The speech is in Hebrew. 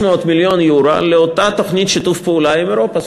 מיליון יורו באותה תוכנית שיתוף פעולה עם אירופה,